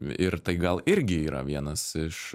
ir tai gal irgi yra vienas iš